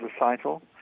recital